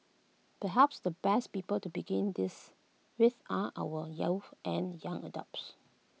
perhaps the best people to begin this with are our youths and young adopts